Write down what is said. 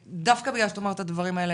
דווקא בגלל שאת אומרת את הדברים האלה,